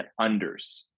unders